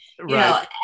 Right